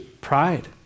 Pride